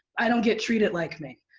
i don't get treated like me.